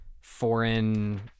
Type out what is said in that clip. foreign